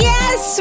Yes